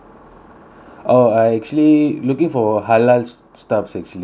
oh I actually looking for halal stuff actually